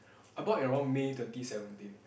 I bought at around May twenty seventeen